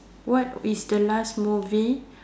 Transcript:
what is the last movie